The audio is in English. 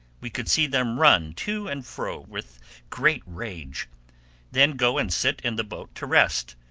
we could see them run to and fro, with great rage then go and sit in the boat to rest,